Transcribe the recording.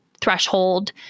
threshold